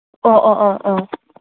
ꯑꯣ ꯑꯣ ꯑꯥ ꯑꯥ